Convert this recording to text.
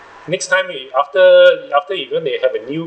next time we after after you gonna be have a new